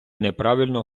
неправильно